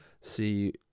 see